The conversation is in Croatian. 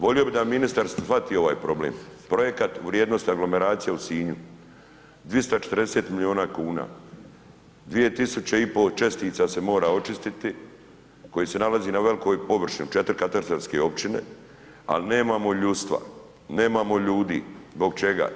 Volio bi da ministar shvati ovaj problem, projekat u vrijednosti aglomeracije u Sinju, 240 milijuna kuna, 2,5 tisuća čestica se mora očistiti koji se nalazi na velikoj površini, 4 katastarske općine, al nemamo ljudstva, nemamo ljudi, zbog čega?